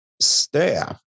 staff